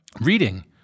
reading